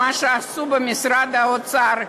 מה שעשו במשרד האוצר,